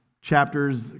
chapters